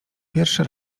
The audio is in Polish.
pierwszy